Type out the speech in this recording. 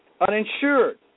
uninsured